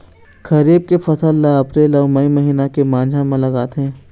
खरीफ के फसल ला अप्रैल अऊ मई महीना के माझा म लगाथे